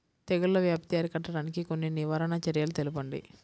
తెగుళ్ల వ్యాప్తి అరికట్టడానికి కొన్ని నివారణ చర్యలు తెలుపండి?